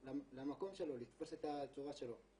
למקום שלו, לתפוס את ה- -- אני